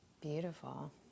beautiful